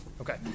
Okay